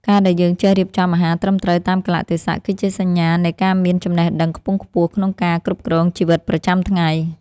ការដែលយើងចេះរៀបចំអាហារត្រឹមត្រូវតាមកាលៈទេសៈគឺជាសញ្ញានៃការមានចំណេះដឹងខ្ពង់ខ្ពស់ក្នុងការគ្រប់គ្រងជីវិតប្រចាំថ្ងៃ។